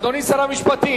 אדוני שר המשפטים,